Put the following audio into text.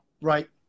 Right